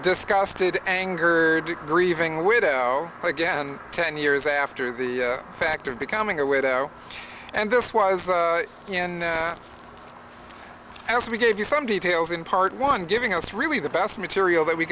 disgusted angered grieving widow again ten years after the fact of becoming a widow and this was in as we gave you some details in part one giving us really the best material that we